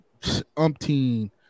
umpteen